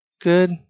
good